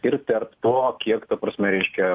ir tarp to kiek ta prasme reiškia